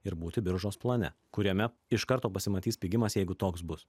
ir būti biržos plane kuriame iš karto pasimatys pigimas jeigu toks bus